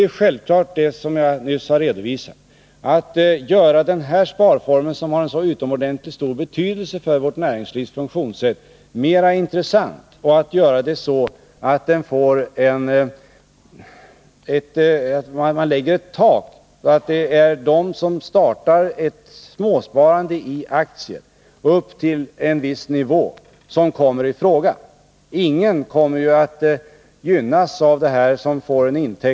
Men avsikten är, som jag nyss har redovisat, att göra den här sparformen, som har så utomordentligt stor betydelse för vårt näringslivs funktionssätt, mera intressant. Genom att vi inför ett tak är det de som startar ett småsparande i aktier upp till en viss nivå som kommer i fråga. Ingen intäkt av aktiesparande på mer än 7 000 kr.